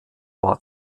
war